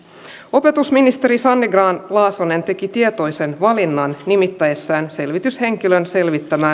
opetusministeri sanni grahn laasonen teki tietoisen valinnan nimittäessään selvityshenkilön selvittämään korkeakouluopiskelijoiden